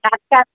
টাটকা